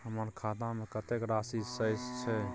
हमर खाता में कतेक राशि शेस छै?